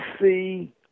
see